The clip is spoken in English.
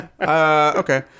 Okay